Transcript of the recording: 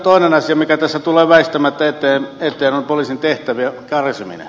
toinen asia mikä tässä tulee väistämättä eteen on poliisin tehtävien karsiminen